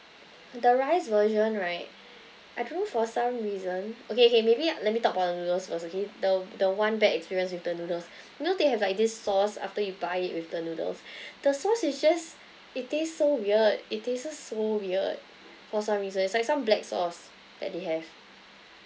the rice version right I don't know for some reason okay okay maybe let me talk about the noodles first okay the the one bad experience with the noodles you know they have like this sauce after you buy it with the noodles the sauce is just it taste so weird it tastes so weird for some reason it's like some black sauce that they have